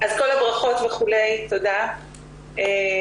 אז כל הברכות וכולי, תודה לך